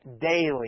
Daily